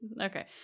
Okay